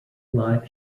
live